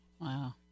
Wow